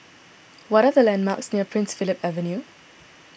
what are the landmarks near Prince Philip Avenue